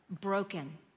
broken